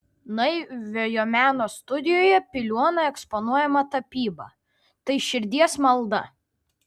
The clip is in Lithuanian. naiviojo meno studijoje piliuona eksponuojama tapyba tai širdies malda